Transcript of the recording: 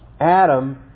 Adam